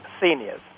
seniors